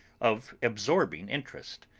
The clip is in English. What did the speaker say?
of absorbing interest.